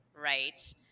right